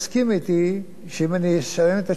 ואולי לא היית מעיר את ההערה הזאת.